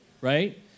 right